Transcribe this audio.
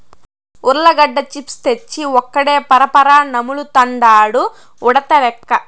ఉర్లగడ్డ చిప్స్ తెచ్చి ఒక్కడే పరపరా నములుతండాడు ఉడతలెక్క